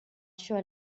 sure